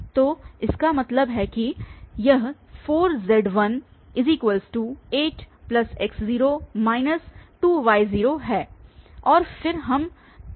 तो इसका मतलब है कि यह 4z8x 2y है और फिर हम 4 से विभाजित भी करेंगे